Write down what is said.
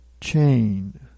chain